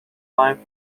line